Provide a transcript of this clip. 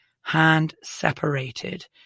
hand-separated